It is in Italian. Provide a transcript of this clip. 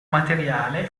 materiale